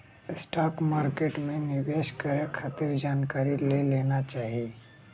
stock market में निवेश करे खातिर जानकारी ले लेना चाही